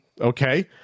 Okay